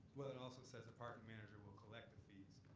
well it also says the parking manager will collect the fees.